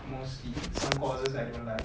mostly some courses I don't like